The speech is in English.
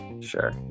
Sure